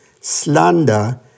slander